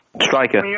striker